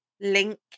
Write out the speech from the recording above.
link